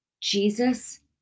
Jesus